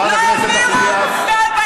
בחיים,